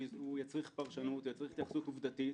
הוא יצריך פרשנות, יצריך התייחסות עובדתית.